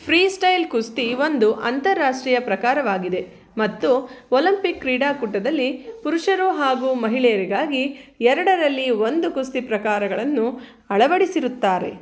freestyle ಕುಸ್ತಿ ಒಂದು ಅಂತಾರಾಷ್ಟ್ರೀಯ ಪ್ರಕಾರವಾಗಿದೆ ಮತ್ತು ಒಲಂಪಿಕ್ ಕ್ರೀಡಾಕೂಟದಲ್ಲಿ ಪುರುಷರು ಹಾಗೂ ಮಹಿಳೆಯರಿಗಾಗಿ ಎರಡರಲ್ಲಿ ಒಂದು ಕುಸ್ತಿ ಪ್ರಕಾರಗಳನ್ನು ಅಳವಡಿಸಿರುತ್ತಾರೆ